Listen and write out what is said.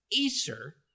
Acer